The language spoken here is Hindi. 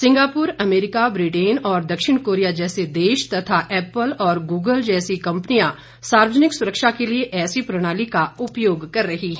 सिंगापुर अमरीका ब्रिटेन और दक्षिण कोरिया जैसे देश तथा ऐप्पल और गूगल जैसी कंपनी सार्वजनिक सुरक्षा के लिए ऐसी प्रणाली का उपयोग कर रही हैं